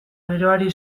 geroari